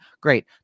Great